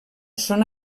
són